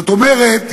זאת אומרת,